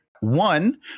One